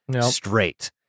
straight